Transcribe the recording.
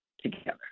together